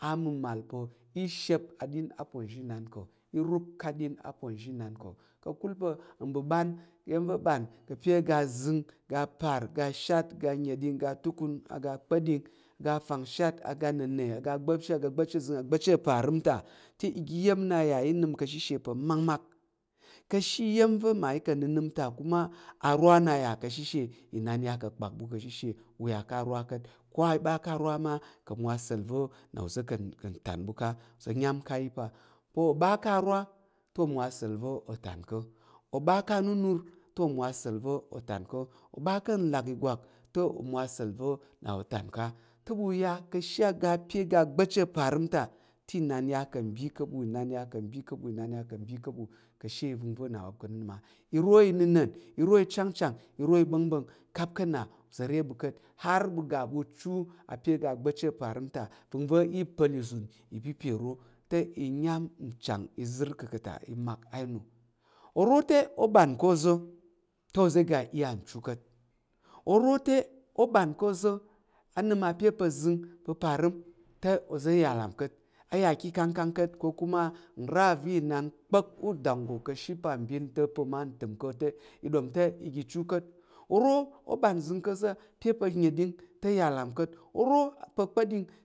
Ka̱ mɓəɓan te i rup ká̱ aɗin aponzhinan ko, ka̱kul ka̱ mɓəɓan iya̱m va̱ ɓan ka̱ apye aga azəng, aga par, aga shat, aga nənɗing, aga tukun, aga kpa̱ɗing, aga fangshat, aga nna̱nə, aga fangzəngtəng, aga agba̱pchi, aga gba̱pchi aparəm ta, te oga iya̱m nna yà inən kə shishe pa̱ makmak, ka̱ ashe iya̱m va̱ mmayi ka̱ nənəm ta kuma inan yà ka̱ kpak ɓu ka̱ ashishe u à ká̱ arwa ka̱t o a ɓa ká̱ arwa ma ka̱ mwo asa̱l va̱ ka̱ ntán ɓu ká̱t, o ɓa ka̱ arwa, o mwo asa̱l va̱ o tán ko, o ɓa ká̱ anunur te o wo asa̱l va̱ o tán ko, te ɓu ya ka̱ ashe apye aga gba̱pchi aparəm ta, te inan yà ka̱ nbi ká̱ ɓu ka̱ inan ya ka̱ bi ká̱ ɓu ka̱she nru va̱ na u nəm á i ro inna̱na̱n. iro i chang chang, iro iɓa̱ngbá̱ng kap á̱ nna uza̱ re ɓu ka̱t har ɓu ga chu apye aga gbá̱pchi aparəm ta. vəngva̱ i pa̱l ìzun ipipye iro te iyam ichang ìzər ka̱ ta i mak ai nu oro te o iya o ɓan ká̱ oza̱ oro te o iya nchu ka̱t. oro te o iya o ɓan ká̱ oza̱ ka̱ pye pa̱ zəng pa̱ parəm te oza̱ yà ka̱ ikangkang ka̱t ko kuma nra va̱ inan kpa̱k udanggo ka̱ ashe apambin te ma təm ko te, i ɗom te iga chu oro ɓan nzəng ko apye nnəɗing pye pa̱ kpakɗing